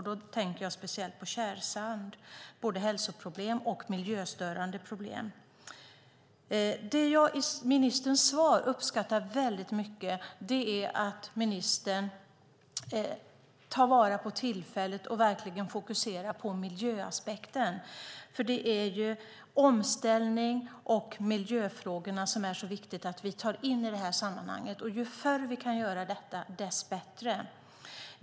Då tänker jag speciellt på tjärsand, på både hälsoproblem och miljöstörande problem. Det jag uppskattar väldigt mycket i ministerns svar är att ministern tar vara på tillfället och verkligen fokuserar på miljöaspekten, för det är ju omställningen och miljöfrågorna som det är mycket viktigt att vi tar in i det här sammanhanget. Ju förr vi kan göra detta dess bättre.